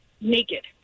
naked